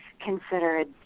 considered